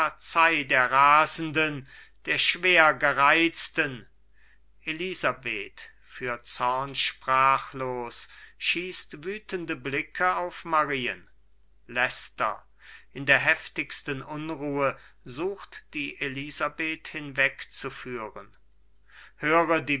der rasenden der schwer gereizten elisabeth für zorn sprachlos schießt wütende blicke auf marien leicester in der heftigsten unruhe sucht die elisabeth hinwegzuführen höre